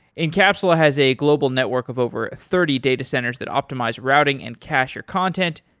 encapsula has a global network of over thirty data centers that optimize routing and cacher content.